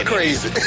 Crazy